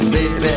Baby